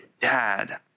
dad